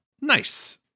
Nice